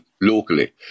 locally